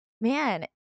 man